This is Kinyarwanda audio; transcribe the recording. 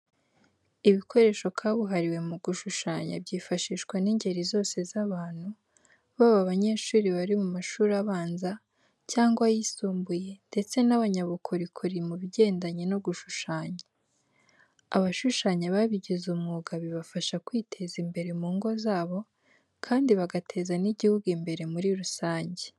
Ibikoresho kabuhariwe mu gushushanya byifashishwa n'ingeri zose z'abantu, baba abanyeshuri bari mu mashuri abanza cyangwa ayisumbuye ndetse n'abanyabukorokori mu bigendanye no gushushanya. Abashushanya babigize umwuga bibafasha kwiteza imbere mu ngo zabo kandi bagateza n'igihugu imbere muri rusange.